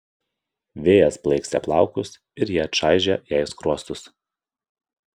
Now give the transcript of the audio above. vėjas plaikstė plaukus ir jie čaižė jai skruostus